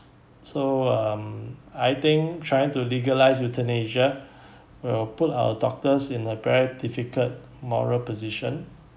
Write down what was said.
so um I think trying to legalize euthanasia will put our doctors in a very difficult moral position